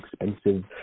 expensive